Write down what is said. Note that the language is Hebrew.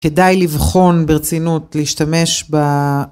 כדאי לבחון ברצינות, להשתמש ב...